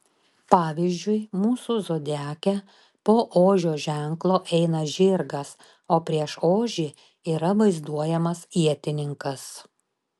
pavyzdžiui mūsų zodiake po ožio ženklo eina žirgas o prieš ožį yra vaizduojamas ietininkas